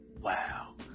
wow